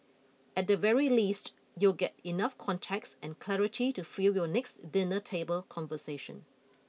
at the very least you'll get enough context and clarity to fuel your next dinner table conversation